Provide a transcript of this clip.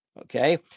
Okay